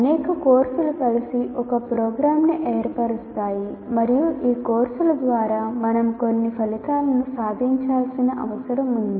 అనేక కోర్సులు కలిసి ఒక ప్రోగ్రామ్ను ఏర్పరుస్తాయి మరియు ఈ కోర్సుల ద్వారా మనం కొన్ని ఫలితాలను సాధించాల్సిన అవసరం ఉంది